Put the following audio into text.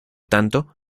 tanto